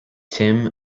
tim